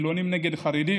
חילונים נגד חרדים,